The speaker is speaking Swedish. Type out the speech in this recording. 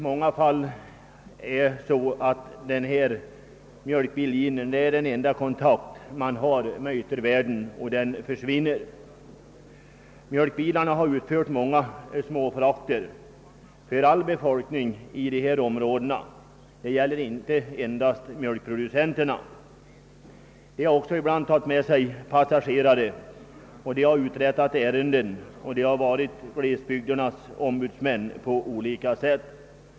Mjölkbilen har i många fall varit den enda kontakt man haft med yttervärlden. Mjölkbilen har utfört många småfrakter för hela befolkningen i dessa områden, alltså inte endast för mjölkproducenterna. Den har ibland också tagit med sig passagerare och chauffören har uträttat ärenden; han har på olika sätt varit glesbygdens »ombudsman».